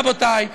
רבותי,